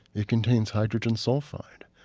it contains hydrogen sulfide,